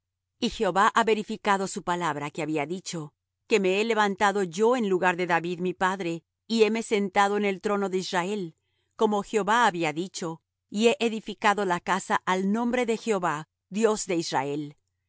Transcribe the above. y jehová ha verificado su palabra que había dicho que me he levantado yo en lugar de david mi padre y heme sentado en el trono de israel como jehová había dicho y he edificado la casa al nombre de jehová dios de israel